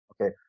Okay